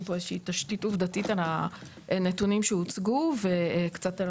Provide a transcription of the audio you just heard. תשתית עובדתית על הנתונים שהוצגו וקצת על